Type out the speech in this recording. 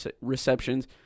receptions